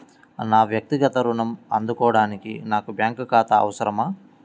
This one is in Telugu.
నా వక్తిగత ఋణం అందుకోడానికి నాకు బ్యాంక్ ఖాతా అవసరమా?